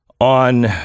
on